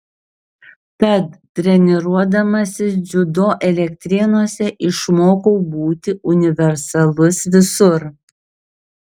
tad treniruodamasis dziudo elektrėnuose išmokau būti universalus visur